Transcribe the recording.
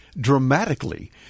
dramatically